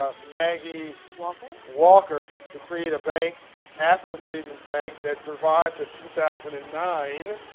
ah maggie walker walker to create a bank after the freedman's bank that survived to two thousand and nine.